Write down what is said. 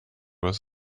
was